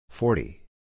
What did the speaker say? Forty